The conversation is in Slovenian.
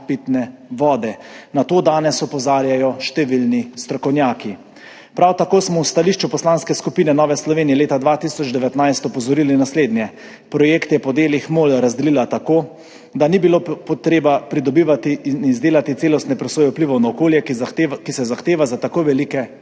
Na to danes opozarjajo številni strokovnjaki. Prav tako smo v stališču Poslanske skupine Nova Slovenija leta 2019 opozorili naslednje. Projekt je po delih MOL razdelila tako, da ni bilo treba pridobivati in izdelati celostne presoje vplivov na okolje, ki se zahteva za tako velike projekte.